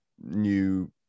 new